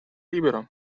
libero